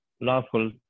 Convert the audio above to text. lawful